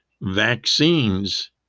vaccines